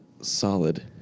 solid